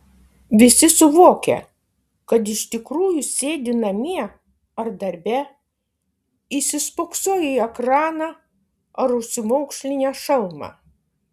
visi suvokia kad iš tikrųjų sėdi namie ar darbe įsispoksoję į ekraną ar užsimaukšlinę šalmą